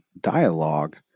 dialogue